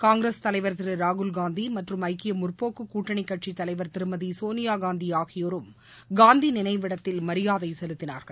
காங்கிரஸ் தலைவர் திரு ராகுல்காந்தி மற்றும் ஐக்கிய முற்போக்குக் கூட்டணி கட்சித்தலைவர் திருமதி சோனியாகாந்தி ஆகியோரும் காந்தி நினைவிடத்தில் மரியாதை செலுத்தினார்கள்